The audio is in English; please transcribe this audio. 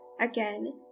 Again